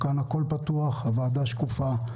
כאן הכול פתוח, הוועדה שקופה.